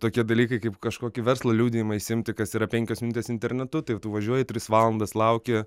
tokie dalykai kaip kažkokį verslo liudijimą išsiimti kas yra penkios minutės internetu tai tu važiuoji tris valandas lauki